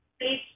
Please